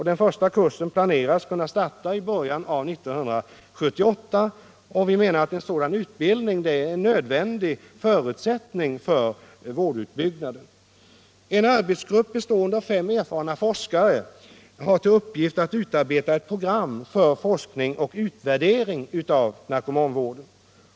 Den första kursen planeras kunna starta i början av 1978. Vi menar att en sådan utbildning är en nödvändig förutsättning för vårdutbyggnaden. En arbetsgrupp, bestående av fem erfarna forskare, har till uppgift att utarbeta ett program för forskning och utvärdering av narkomanvården.